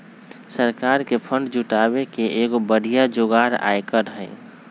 सरकार के फंड जुटावे के एगो बढ़िया जोगार आयकर हई